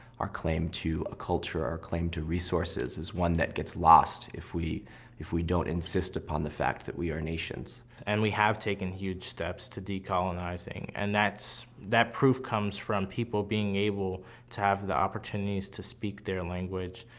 our claim to a culture, our claim to resources is one that gets lost if we if we don't insist upon the fact that we are nations. and we have taken huge steps to decolonizing, and that proof comes from people being able to have the opportunities to speak their language,